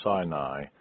Sinai